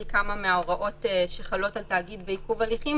כמה מההוראות שחלות על תאגיד בעיכוב הליכים,